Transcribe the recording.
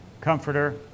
comforter